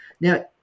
Now